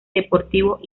deportivos